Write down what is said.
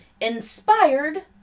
inspired